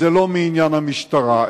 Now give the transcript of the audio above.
זה לא מעניין המשטרה.